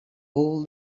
all